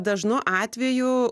dažnu atveju